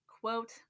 quote